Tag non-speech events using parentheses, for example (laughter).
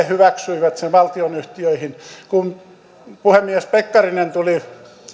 (unintelligible) hyväksyivät sen valtionyhtiöihin kun puhemies pekkarinen tuli